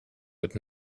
but